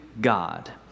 God